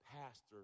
Pastor